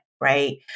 right